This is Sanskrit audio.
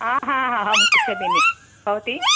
अहं कुशलिनी भवती